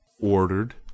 ordered